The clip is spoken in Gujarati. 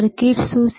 સર્કિટ શું છે